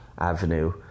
avenue